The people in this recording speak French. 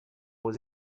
aux